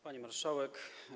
Pani Marszałek!